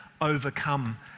overcome